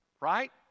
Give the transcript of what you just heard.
right